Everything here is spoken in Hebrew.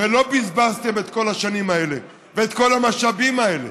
הרי לא בזבזתם את כל השנים האלה ואת כל המשאבים האלה,